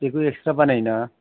बेखौ इग्स्थ्रा बानायो ना